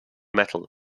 metal